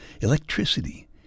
electricity